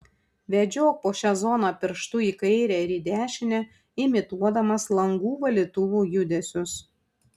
vedžiok po šią zoną pirštu į kairę ir į dešinę imituodamas langų valytuvų judesius